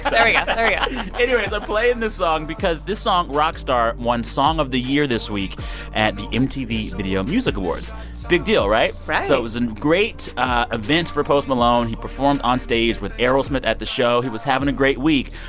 but ah yeah yeah anyways, i'm playing the song because this song rockstar won song of the year this week at the mtv video music awards big deal, right? right so it was a and great event for post malone. he performed onstage with aerosmith at the show. he was having a great week.